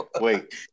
wait